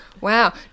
Wow